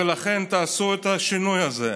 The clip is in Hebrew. ולכן: תעשו את השינוי הזה.